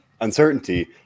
uncertainty